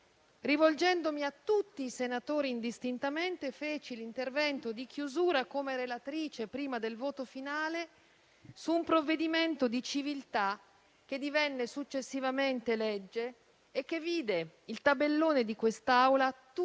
rivolgendomi a tutti i senatori, indistintamente, feci l'intervento di chiusura in qualità di relatrice, prima del voto finale, su un provvedimento di civiltà, che divenne successivamente legge e che vide il tabellone di quest'Aula tutto